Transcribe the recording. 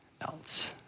else